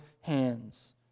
hands